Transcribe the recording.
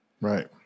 Right